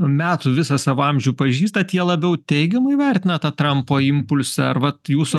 metų visą savo amžių pažįstat jie labiau teigiamai vertina tą trampo impulsą ar vat jūsų